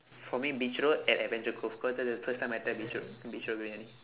for me beach road at adventure cove cause that's the first time I tried beach road beach road briyani